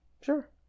Sure